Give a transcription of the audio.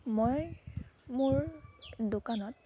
মই মোৰ দোকানত